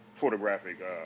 photographic